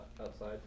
outside